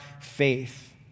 faith